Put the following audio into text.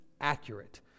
accurate